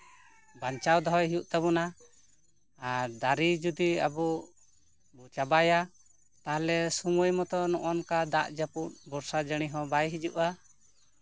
ᱵᱟᱧᱪᱟᱣ ᱫᱚᱦᱚᱭ ᱦᱩᱭᱩᱜ ᱛᱟᱵᱚᱱᱟ ᱟᱨ ᱫᱟᱨᱮ ᱡᱩᱫᱤ ᱟᱵᱚ ᱵᱚ ᱪᱟᱵᱟᱭᱟ ᱛᱟᱦᱞᱮ ᱥᱩᱢᱚᱭ ᱢᱚᱛᱚ ᱱᱚᱜᱼᱚᱭ ᱱᱚᱝᱠᱟ ᱫᱟᱜᱼᱡᱟᱯᱩᱫ ᱵᱚᱨᱥᱟ ᱡᱟᱲᱤ ᱦᱚᱸ ᱵᱟᱭ ᱦᱤᱡᱩᱜᱼᱟ